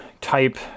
type